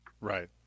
right